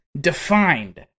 defined